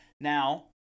Now